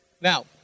Now